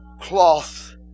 cloth